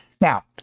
Now